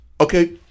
Okay